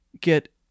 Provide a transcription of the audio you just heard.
get